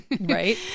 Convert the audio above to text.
Right